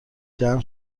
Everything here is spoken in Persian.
جمع